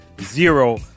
zero